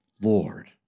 Lord